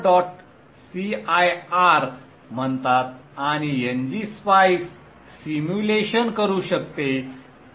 cir म्हणतात आणि ngSpice simulation करू शकते